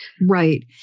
Right